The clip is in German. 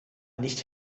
nicht